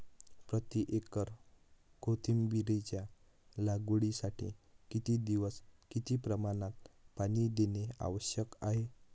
प्रति एकर कोथिंबिरीच्या लागवडीसाठी किती दिवस किती प्रमाणात पाणी देणे आवश्यक आहे?